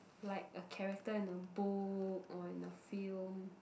like a character in a book or in a film